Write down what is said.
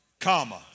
comma